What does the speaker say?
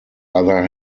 other